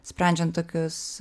sprendžiant tokius